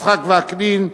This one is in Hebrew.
את חבר הכנסת יצחק וקנין,